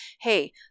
hey